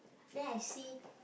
then I see